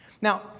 Now